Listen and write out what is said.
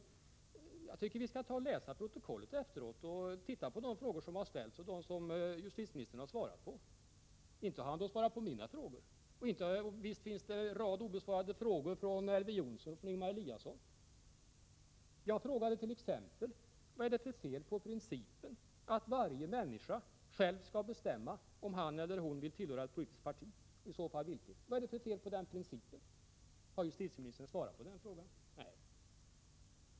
Men jag tycker att vi skall läsa protokollet från den här debatten och titta på de frågor som har ställts och som justitieministern har svarat på. Han har i varje fall inte svarat på mina frågor. Och visst finns det en rad frågor från Elver Jonsson och Ingemar Eliasson som inte heller har besvarats. Jag frågade t.ex.: Är det något fel på principen att varje människa själv skall få bestämma om han eller hon vill tillhöra ett politiskt parti, och vilket är iså fall felet? Vad är det alltså för fel på den principen? Har justitieministern svarat på den frågan? Nej, det har han inte gjort.